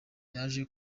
yaje